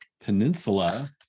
Peninsula